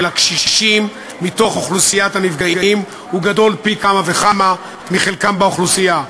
הקשישים בתוך אוכלוסיית הנפגעים גדולים פי כמה וכמה מחלקם באוכלוסייה.